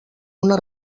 una